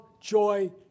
joy